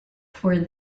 for